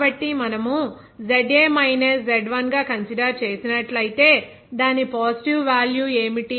కాబట్టి మనము ZA minus Z1 గా కన్సిడర్ చేసినట్లైతే దాని పాజిటివ్ వేల్యూ ఏమిటి